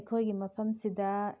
ꯑꯩꯈꯣꯏꯒꯤ ꯃꯐꯝꯁꯤꯗ